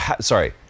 sorry